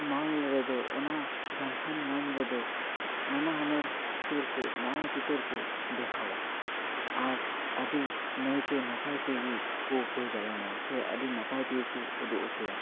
ᱢᱚᱞ ᱨᱮᱫᱚ ᱚᱱᱟ ᱡᱚᱝᱥᱚᱱ ᱢᱚᱞ ᱨᱮᱫᱚ ᱱᱟᱱᱟᱦᱩᱱᱟᱹᱨ ᱪᱤᱛᱟᱹᱨ ᱠᱚ ᱱᱟᱣᱟ ᱪᱤᱛᱟᱹᱨ ᱠᱚ ᱫᱮᱠᱷᱟᱣᱟ ᱟᱨ ᱟᱹᱰᱤ ᱱᱟᱭᱛᱮ ᱱᱟᱯᱟᱭ ᱛᱮᱜᱮ ᱠᱚ ᱯᱚᱨᱤᱪᱟᱞᱚᱱᱟᱭᱟ ᱥᱮ ᱟᱹᱰᱤ ᱱᱟᱯᱟᱭ ᱛᱮᱜᱮ ᱠᱚ ᱩᱫᱩᱜ ᱚᱪᱚᱭᱟ